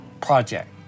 project